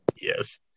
Yes